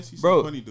Bro